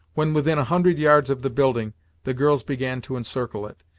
when within a hundred yards of the building the girls began to encircle it,